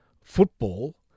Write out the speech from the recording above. football